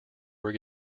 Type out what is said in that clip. were